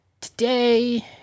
today